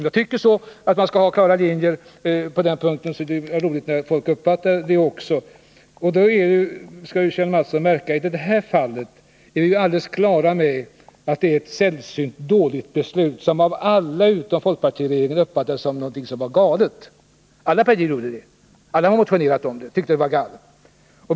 Jag tycker man skall ha klara linjer på den punkten, och det är ju roligt när folk uppfattar det också. I det här fallet skall Kjell Mattsson märka att vi är helt klara över att det gäller ett sällsynt dåligt beslut, som av alla utom av folkpartiregeringen uppfattades som någonting galet. Alla partier uppfattade det så — alla motionerade om det och tyckte att det var galet.